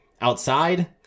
outside